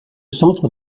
centre